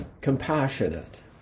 compassionate